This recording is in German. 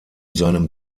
seinem